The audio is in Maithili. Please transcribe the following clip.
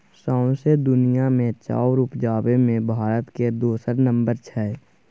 सौंसे दुनिया मे चाउर उपजाबे मे भारत केर दोसर नम्बर छै